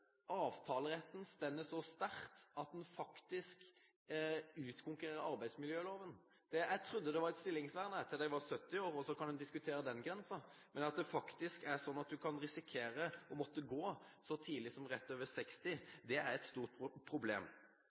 den faktisk utkonkurrerer arbeidsmiljøloven. Jeg trodde det var et stillingsvern, jeg, til de var 70 år, og så kan en diskutere den grensen, men at det faktisk er sånn at en kan risikere å måtte gå så tidlig som rett over 60 år, er et stort problem.